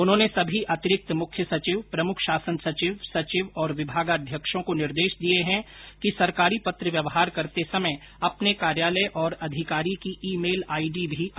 उन्होंने सभी अतिरिक्त मुख्य सचिव प्रमुख शासन सचिव सचिव और विभागाध्यक्षों को निर्देश दिये हैं कि सरकारी पत्र व्यवहार करते समय अपने कार्यालय और अधिकारी की ई मेल आईडी भी अंकित की जाये